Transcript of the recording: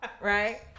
right